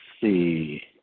see